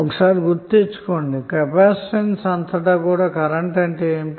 ఒకసారి గుర్తు తెచ్చుకోండి కెపాసిటెన్స్ అంతటా కరెంట్ ఏమిటి